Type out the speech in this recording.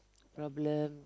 problem